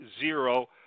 zero